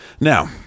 now